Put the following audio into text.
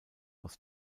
aus